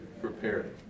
prepared